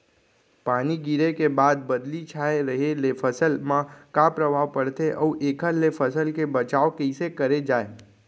पानी गिरे के बाद बदली छाये रहे ले फसल मा का प्रभाव पड़थे अऊ एखर ले फसल के बचाव कइसे करे जाये?